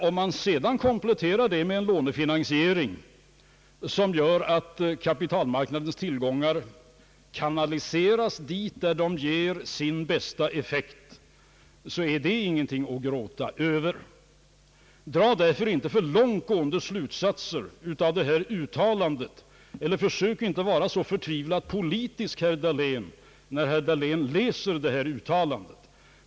Om man sedan kompletterar detta med en lånefinansiering som gör att kapitalmarknadens tillgångar kanaliseras dit där de ger sin bästa effekt, är det ingenting att gråta över. Dra därför inte för långt gående slutsatser av detta uttalande eller försök inte vara så poli tisk, herr Dahlén, när herr Dahlén läser detta uttalande.